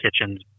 Kitchens